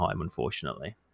unfortunately